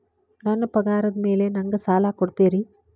ನನ್ನ ಪಗಾರದ್ ಮೇಲೆ ನಂಗ ಸಾಲ ಕೊಡ್ತೇರಿ?